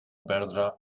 perdre